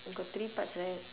you got three parts right